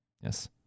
Yes